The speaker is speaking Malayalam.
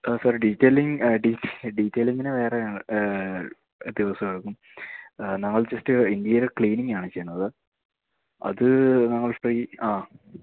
ആ സാർ ഡീറ്റേലിംഗ് ഡീറ്റേലിങ്ങിന് വേറെയാണ് ദിവസമെടുക്കും നാളെ ജസ്റ്റ് ഇൻറ്റീരിയർ ക്ലീനിങ്ങാണ് ചെയ്യുന്നത് അത് ഞങ്ങൾ ഫ്രീ ആ